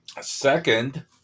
Second